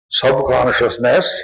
subconsciousness